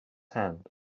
hand